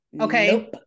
okay